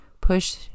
push